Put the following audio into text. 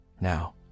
Now